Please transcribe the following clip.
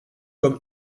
comme